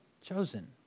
chosen